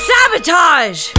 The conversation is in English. Sabotage